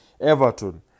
Everton